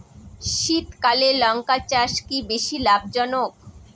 শীতকালে লঙ্কা চাষ কি বেশী লাভজনক?